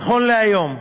נכון להיום,